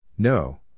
No